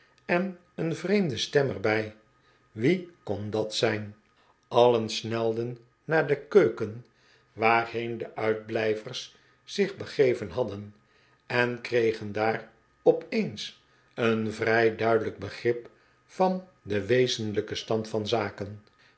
en een vreemde stem er bij wie kon dat zijn allen snelden naar de keuken waarheen de uitblijvers zich begeven hadden en kregen daar op eens een vrij duidelijk begrip van den wezenlijken stand van zaken